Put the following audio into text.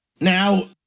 Now